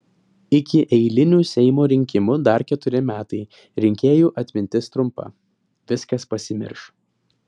iki eilinių seimo rinkimų dar keturi metai rinkėjų atmintis trumpa viskas pasimirš